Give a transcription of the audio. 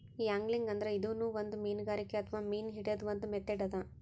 angling ಅಂದ್ರ ಇದೂನು ಒಂದ್ ಮೀನ್ಗಾರಿಕೆ ಅಥವಾ ಮೀನ್ ಹಿಡ್ಯದ್ದ್ ಒಂದ್ ಮೆಥಡ್ ಅದಾ